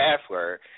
password